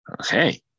Okay